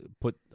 put